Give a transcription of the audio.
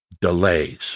delays